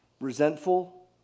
resentful